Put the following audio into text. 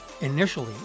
Initially